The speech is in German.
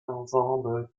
ensemble